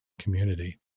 community